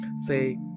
say